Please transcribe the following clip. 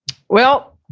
well,